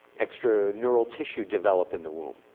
extra neural tissue develop in the womb.